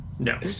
No